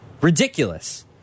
Ridiculous